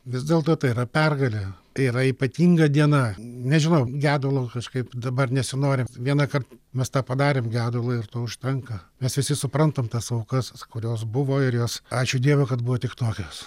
vis dėlto tai yra pergalė tai yra ypatinga diena nežinau gedulo kažkaip dabar nesinori vienąkart mes tą padarėm gedulą ir to užtenka mes visi suprantam tas aukas kurios buvo ir jos ačiū dievui kad buvo tik tokios